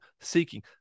seeking